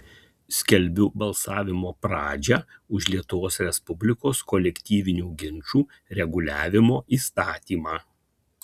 skelbiu balsavimo pradžią už lietuvos respublikos kolektyvinių ginčų reguliavimo įstatymą